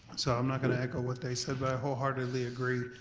so i'm not gonna echo what they said, but i wholeheartedly agree.